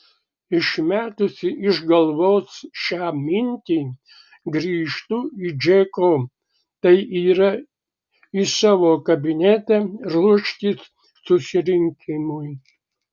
išmetusi iš galvos šią mintį grįžtu į džeko tai yra į savo kabinetą ruoštis susirinkimui